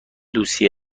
لوسی